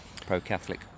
pro-Catholic